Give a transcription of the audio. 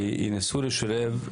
וינסו לשלב,